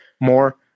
more